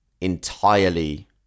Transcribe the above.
entirely